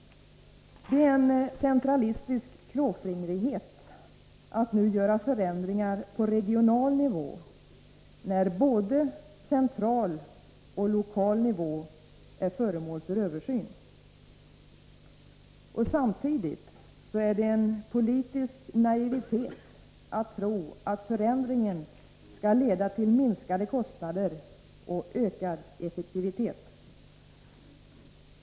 Det är en centralistisk klåfingrighet att nu göra förändringar på regional nivå, då både central och lokal nivå är föremål för översyn. Samtidigt är det en politisk naivitet att tro att förändringen skall leda till minskade kostnader och ökad effektivitet.